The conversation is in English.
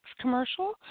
commercial